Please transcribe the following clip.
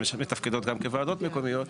שמתפקדות גם כוועדות מקומיות.